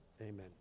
amen